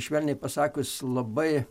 švelniai pasakius labai